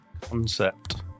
concept